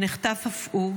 שנחטף אף הוא.